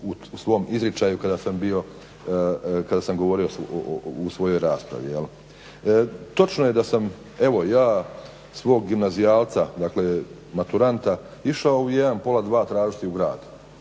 sam bio kada sam govorio u svojoj raspravi. Točno je da sam evo ja svog gimnazijalca dakle maturanta išao u 1, pola 2 tražiti u grad